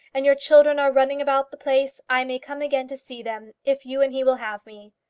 and your children are running about the place, i may come again to see them if you and he will have me.